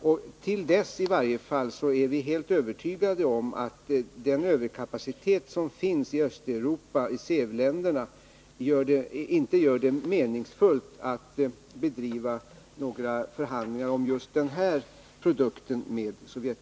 I varje fall till dess — det är vi övertygade om -— är det så att den överkapacitet som finns i Östeuropa, i SEV-länderna, inte gör det meningsfullt att bedriva några Nr 23 förhandlingar med Sovjetunionen om just den här produkten. Torsdagen den